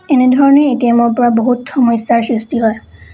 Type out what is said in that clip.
এনে ধৰণেই এ টি এমৰ পৰা বহুত সমস্যাৰ সৃষ্টি হয়